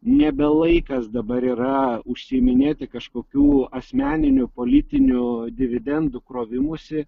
nebe laikas dabar yra užsiiminėti kažkokių asmeninių politinių dividendų krovimusi